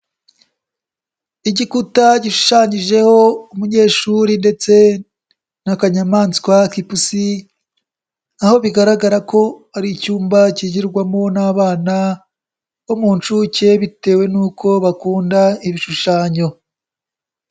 Igikuta gishushanyijeho umunyeshuri ndetse n'akanyamaswa k'ipusi, aho bigaragara ko ari icyumba kigirwamo n'abana bo mu nshuke bitewe nuko bakunda ibishushanyo.